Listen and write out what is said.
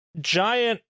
giant